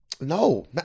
No